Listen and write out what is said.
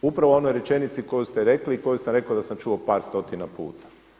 Upravo u onoj rečenicu koju ste rekli koju sam rekao da sam čuo par stotina puta.